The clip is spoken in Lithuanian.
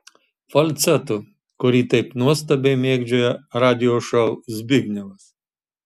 falcetu kurį taip nuostabiai mėgdžioja radijo šou zbignevas